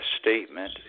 statement